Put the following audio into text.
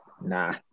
Nah